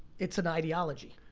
it's an ideology.